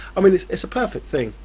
i mean it's it's a perfect thing.